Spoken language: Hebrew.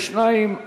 יש שניים,